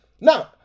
Now